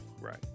Right